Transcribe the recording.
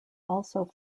also